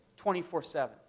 24-7